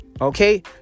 okay